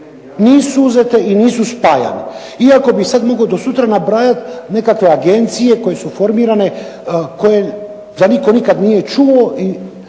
nisu uzete i nisu spajane. Iako bih sad mogao do sutra nabrajati nekakve agencije koje su formirane, za koje nikad nitko nikad nije čuo